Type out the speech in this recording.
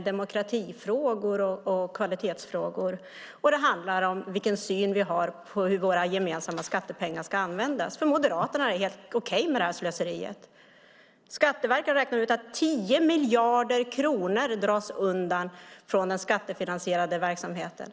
demokratifrågor och kvalitetsfrågor, och det handlar om vilken syn vi har på hur våra gemensamma skattepengar ska användas. För Moderaterna är det här slöseriet helt okej. Skatteverket har räknat ut att 10 miljarder kronor dras undan från den skattefinansierade verksamheten.